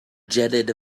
jetted